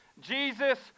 jesus